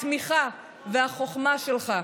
התמיכה והחוכמה שלך.